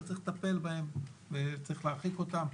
אז צריך לטפל בהם וצריך להרחיק אותם,